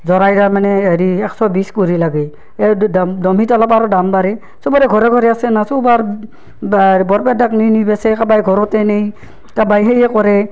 যোৰাই তাৰমানে হেৰি একশ বিছ কৰি লাগে ইয়াত দোমহীত অলপ আৰু দাম বাঢ়ে চবৰে ঘৰে ঘৰে আছে না চুবাৰ বৰপেটাত নি নি বেচে কাবাই ঘৰতে নেই কাবাই সেয়ে কৰে